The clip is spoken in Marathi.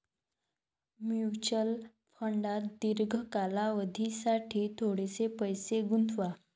म्युच्युअल फंडात दीर्घ कालावधीसाठी थोडेसे पैसे गुंतवा